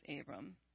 Abram